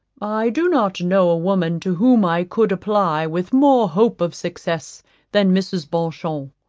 i do not know a woman to whom i could apply with more hope of success than mrs. beauchamp.